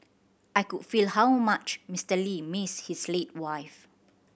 I could feel how much Mister Lee missed his late wife